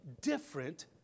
different